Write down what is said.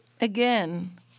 again